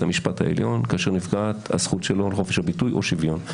המשפט העליון כאשר נפגעת זכותו לחופש ביטוי או השוויון.